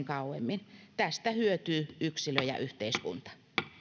kauemmin tästä hyötyvät yksilö ja yhteiskunta